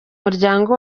muryango